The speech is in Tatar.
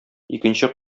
икенче